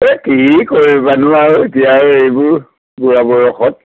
এই কি কৰিবানো আৰু এতিয়া আৰু এইবোৰ বুঢ়া বয়সত